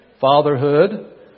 fatherhood